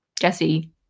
Jesse